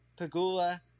Pagula